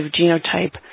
genotype